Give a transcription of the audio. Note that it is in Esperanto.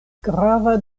grava